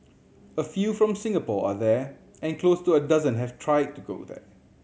a few from Singapore are there and close to a dozen have tried to go there